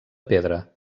pedra